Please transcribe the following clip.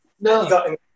No